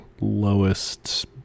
lowest